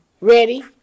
Ready